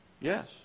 Yes